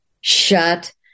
shut